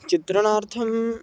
चित्रणार्थम्